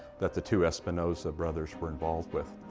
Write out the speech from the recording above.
that the two espinosa brothers were involved with.